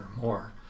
more